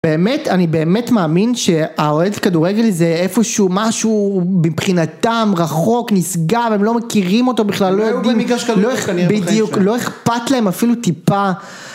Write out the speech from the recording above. באמת, אני באמת מאמין שהאוהד כדורגל זה איפשהו, משהו מבחינתם רחוק, נשגב, הם לא מכירים אותו בכלל, לא יודעים, בדיוק, לא אכפת להם אפילו טיפה.